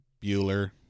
Bueller